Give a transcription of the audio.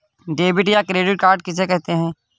Debit या credit card किसे कहते हैं?